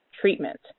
treatment